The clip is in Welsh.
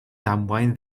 damwain